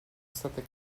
state